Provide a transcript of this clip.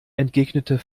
entgegnet